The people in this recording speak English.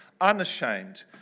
unashamed